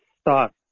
star